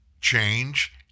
change